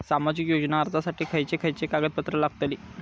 सामाजिक योजना अर्जासाठी खयचे खयचे कागदपत्रा लागतली?